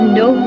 no